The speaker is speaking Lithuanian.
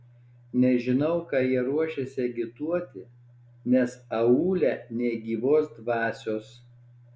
nežinau ką jie ruošiasi agituoti nes aūle nė gyvos dvasios